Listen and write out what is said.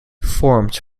formed